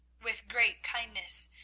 with great kindness,